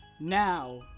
Now